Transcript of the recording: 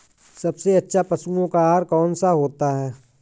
सबसे अच्छा पशुओं का आहार कौन सा होता है?